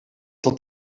tot